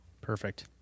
Perfect